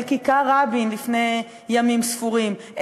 אל כיכר-רבין לפני ימים ספורים,